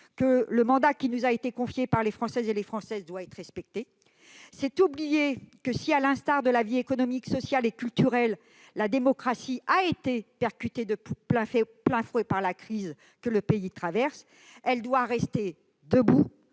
que le mandat qui nous a été confié par les Françaises et les Français doit être respecté. C'est oublier que, si, à l'instar de la vie économique, sociale et culturelle, la démocratie a été percutée de plein fouet par la crise que le pays traverse, elle doit rester debout,